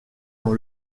dans